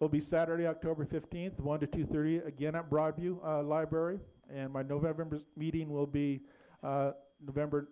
will be saturday october fifteenth one to two thirty again at broadview library and my november meeting will be november